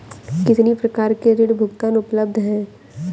कितनी प्रकार के ऋण भुगतान उपलब्ध हैं?